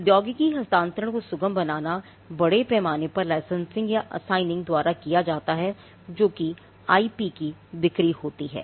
प्रौद्योगिकी हस्तांतरण को सुगम बनाना बड़े पैमाने पर लाइसेंसिंग या असाइनिंग द्वारा किया जाता है जो कि आईपी की बिक्री है